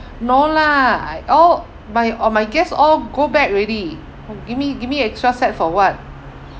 no lah I all my all my guests all go back already give me give me extra set for what